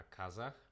Kazakh